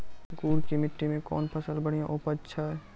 गुड़ की मिट्टी मैं कौन फसल बढ़िया उपज छ?